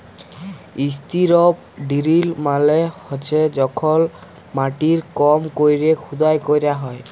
strip drill মালে হছে যখল মাটির কম ক্যরে খুদাই ক্যরা হ্যয়